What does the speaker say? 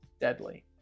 deadly